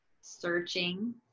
searching